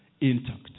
intact